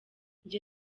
njye